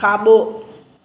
खाॿो